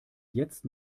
jetzt